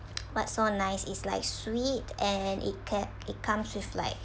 what's so nice it's like sweet and it kept it comes with like